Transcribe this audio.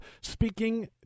speaking